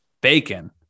Bacon